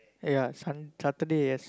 ya sun Saturday yes